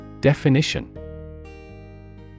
Definition